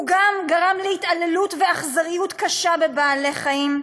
הוא גם גרם להתעללות ואכזריות קשה בבעלי-חיים.